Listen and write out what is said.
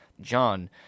john